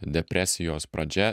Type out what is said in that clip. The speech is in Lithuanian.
depresijos pradžia